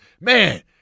man